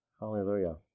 Hallelujah